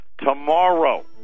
Tomorrow